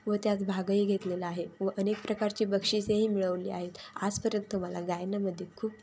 व त्यात भागही घेतलेला आहे व अनेक प्रकारची बक्षीसही मिळवली आहेत आजपर्यंत मला गायनामध्येे खूप